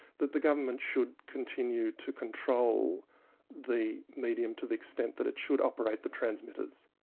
that the government should continue to control the medium to the extent that it should operate the transmitters.